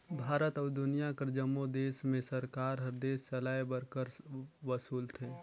भारत अउ दुनियां कर जम्मो देस में सरकार हर देस चलाए बर कर वसूलथे